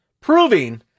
proving